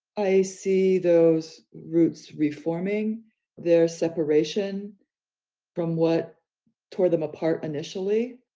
i see those roots reforming their separation from what tore them apart initially.